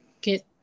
get